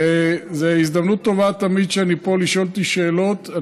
זאת הזדמנות טובה תמיד כשאני פה לשאול אותי שאלות.